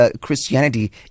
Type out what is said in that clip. Christianity